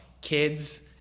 kids